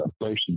inflation